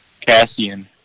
Cassian